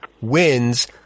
wins